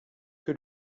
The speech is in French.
que